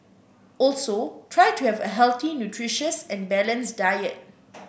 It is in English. also try to have a healthy nutritious and balanced diet